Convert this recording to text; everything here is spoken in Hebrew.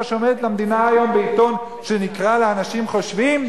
שעומדת למדינה היום בעיתון שנקרא "לאנשים חושבים"?